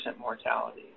mortality